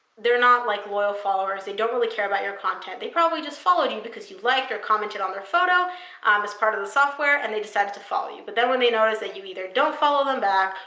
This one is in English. they're not like loyal followers. they don't really care about your content. they probably just followed you because you liked or commented on their photo um as part of the software, and they decided to follow you, but then when they noticed that you either don't follow them back,